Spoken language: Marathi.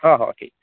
हो हो ठीक